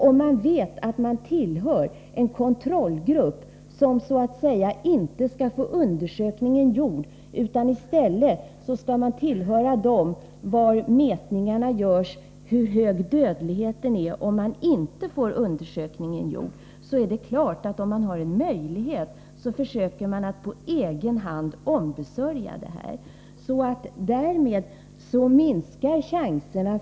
Om man vet att man tillhör en kontrollgrupp, som inte får genomgå mammografi utan där mätningarna görs av hur hög dödligheten är utan undersökningen, är det klart att man försöker att på egen hand ombesörja detta om man har en möjlighet.